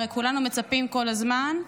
הרי כולנו מצפים כל הזמן,